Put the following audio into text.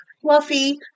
fluffy